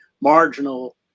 marginal